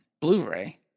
Blu-ray